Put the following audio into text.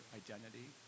identity